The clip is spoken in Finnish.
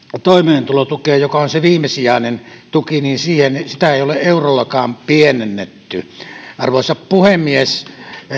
toimeentulotukea joka on se viimesijainen tuki ei ole eurollakaan pienennetty arvoisa puhemies